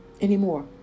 anymore